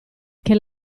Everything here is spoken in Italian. che